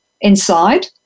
inside